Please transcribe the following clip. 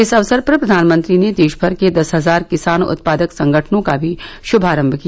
इस अवसर पर प्रधानमंत्री ने देश भर के दस हजार किसान उत्पादक संगठनों का भी श्मारंभ किया